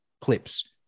clips